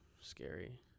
scary